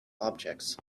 objects